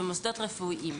במוסדות רפואיים.